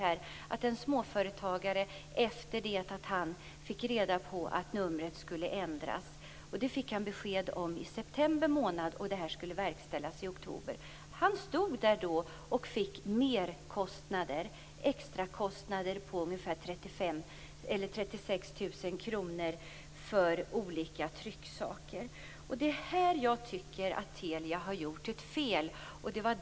Det gäller en småföretagare som efter det att han fått reda på att numret skulle ändras - detta fick han besked om i september och det hela skulle verkställas i oktober - fick merkostnader, extrakostnader, på ungefär 36 000 kr för olika trycksaker. Det är i det avseendet som jag tycker att Telia har gjort fel.